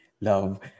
Love